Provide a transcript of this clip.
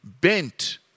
bent